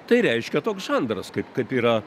tai reiškia toks žanras kaip kaip yra